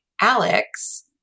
Alex